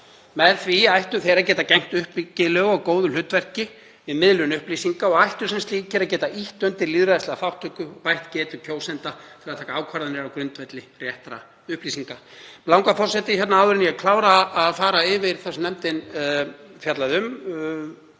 Með því ættu þeir að geta gegnt uppbyggilegu og góðu hlutverki við miðlun upplýsinga og ættu sem slíkir að geta ýtt undir lýðræðislega þátttöku og bætt getu kjósenda til að taka ákvarðanir á grundvelli réttra upplýsinga. Forseti. Áður en ég klára að fara yfir það sem nefndin fjallaði